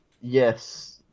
yes